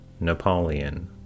Napoleon